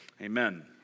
Amen